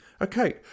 Okay